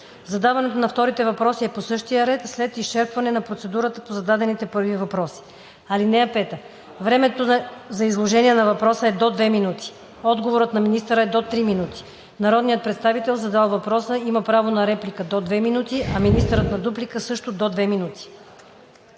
Задаването на вторите въпроси е по същия ред след изчерпване на процедурата по зададените първи въпроси. (5) Времето за изложение на въпроса е до 2 минути. Отговорът на министъра е до 3 минути. Народният представител, задал въпроса, има право на реплика до 2 минути, а министърът – на дуплика, също до 2 минути.“